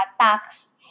tax